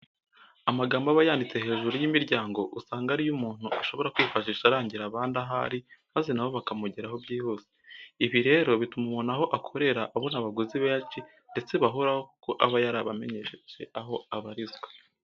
Amagambo aba yanditse hejuru y'imiryango usanga ari yo umuntu aba ashobora kwifashisha arangira abandi aho ari maze na bo bakamugeraho byihuse. Ibi rero bituma umuntu aho akorera abona abaguzi benshi ndetse bahoraho kuko aba yarabamenyesheje aho abarizwa.